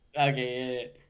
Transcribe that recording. Okay